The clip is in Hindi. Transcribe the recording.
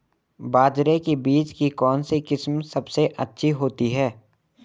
बाजरे के बीज की कौनसी किस्म सबसे अच्छी होती है?